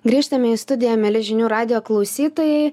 grįžtame į studiją mieli žinių radijo klausytojai